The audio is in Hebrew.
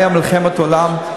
והייתה מלחמת עולם,